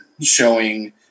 showing